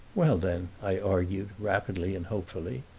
well then, i argued rapidly and hopefully,